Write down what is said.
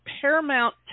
Paramount